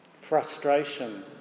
Frustration